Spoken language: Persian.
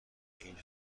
اینها